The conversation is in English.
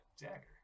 Dagger